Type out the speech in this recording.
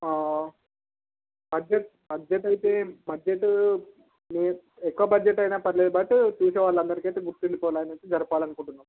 budget budget అయితే budget ఏ ఎక్కువ బడ్జెట్ అయినా పర్లేదు బట్ చూసేవాళ్ళందరికయితే గుర్తుండిపోవాలన్నట్టు జరపాలనుకుంటున్నాం